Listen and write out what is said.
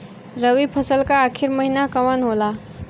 रवि फसल क आखरी महीना कवन होला?